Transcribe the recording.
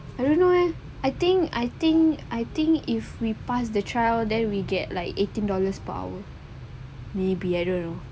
I don't know eh I think I think I think if we pass the trial then we get like eighteen dollars per hour maybe I don't know